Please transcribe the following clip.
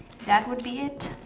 that would be it